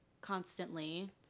constantly